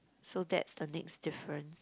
so that's the next different